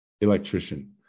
electrician